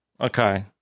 Okay